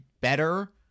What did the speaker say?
better